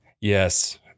Yes